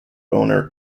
owner